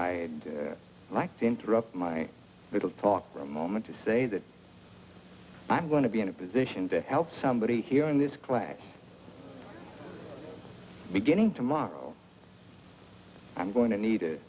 i like to interrupt my little thought for a moment to say that i'm going to be in a position to help somebody here in this class beginning tomorrow i'm going to need a